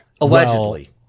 Allegedly